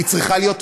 היא צריכה להיות,